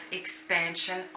expansion